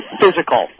physical